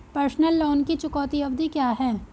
Personal loan की चुकौती अवधि क्या है?